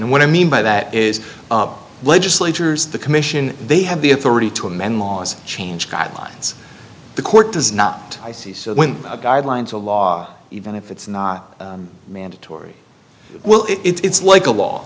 and what i mean by that is legislators the commission they have the authority to amend laws change guidelines the court does not i see so when guidelines a law even if it's not mandatory well it's like a law